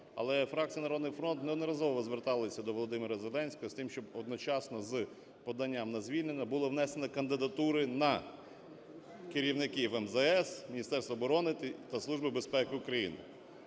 Але фракція "Народний фронт" неодноразово зверталася до ВолодимираЗеленського з тим, щоб одночасно з поданням на звільнення були внесені кандидатури на керівників МЗС, Міністерства оборони та Служби безпеки України.